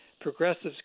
progressives